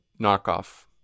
knockoff